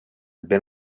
been